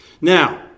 Now